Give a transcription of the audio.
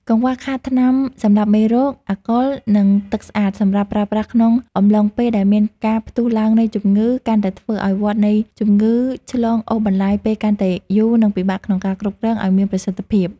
កង្វះខាតថ្នាំសម្លាប់មេរោគ អាល់កុល និងទឹកស្អាតសម្រាប់ប្រើប្រាស់ក្នុងអំឡុងពេលដែលមានការផ្ទុះឡើងនៃជំងឺ កាន់តែធ្វើឱ្យវដ្តនៃជំងឺឆ្លងអូសបន្លាយពេលកាន់តែយូរ និងពិបាកក្នុងការគ្រប់គ្រងឱ្យមានប្រសិទ្ធភាព។